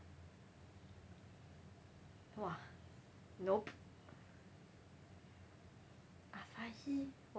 !wah! nope Asahi